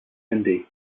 hindi